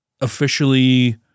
officially